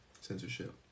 censorship